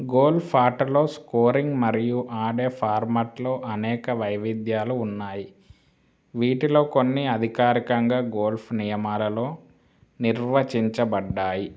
golf ఆటలో scoring మరియు ఆడే ఫార్మట్లో అనేక వైవిధ్యాలు ఉన్నాయి వీటిలో కొన్ని అధికారికంగా గోల్ఫ్ నియమాలలో నిర్వచించబడ్డాయి